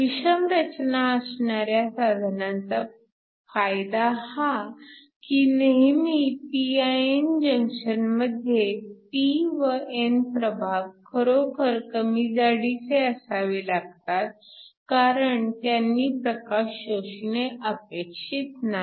विषम रचना असणाऱ्या साधनांचा फायदा हा की नेहमीच्या pin जंक्शन मध्ये p व n प्रभाग खरोखर कमी जाडीचे असावे लागतात कारण त्यांनी प्रकाश शोषणे अपेक्षित नाही